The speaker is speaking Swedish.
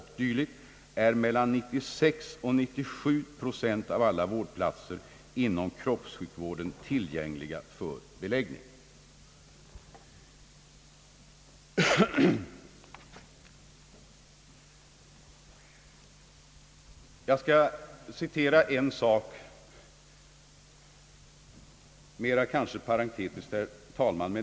dyl., är mellan 96 och 97 procent av alla vårdplatser inom kroppssjukvården tillgängliga för beläggning.